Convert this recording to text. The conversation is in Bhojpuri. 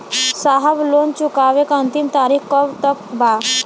साहब लोन चुकावे क अंतिम तारीख कब तक बा?